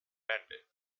invented